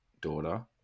daughter